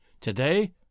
Today